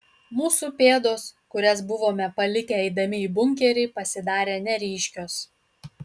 mūsų pėdos kurias buvome palikę eidami į bunkerį pasidarė neryškios